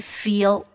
feel